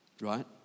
Right